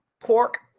pork